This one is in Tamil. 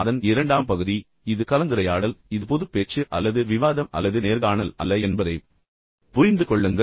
அதன் இரண்டாம் பகுதி இது கலந்துரையாடல் இது பொதுப் பேச்சு அல்லது விவாதம் அல்லது நேர்காணல் அல்ல என்பதைப் புரிந்துகொள்ளுங்கள்